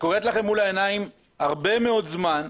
שקורית לכם מול העיניים הרבה מאוד זמן,